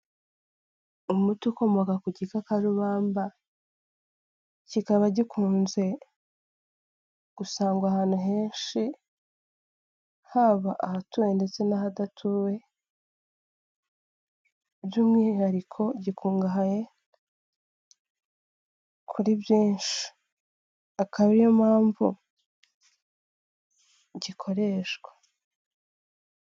Umuti ukomoka ku gikakarubamba, kikaba gikunze gusangwa ahantu henshi, haba ahatuwe ndetse n'ahadatuwe, by'umwihariko gikungahaye kuri byinshi. Akaba ari yo mpamvu gikoreshwa.